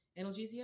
analgesia